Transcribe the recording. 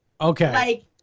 okay